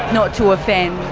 not to offend.